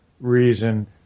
reason